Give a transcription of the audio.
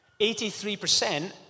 83%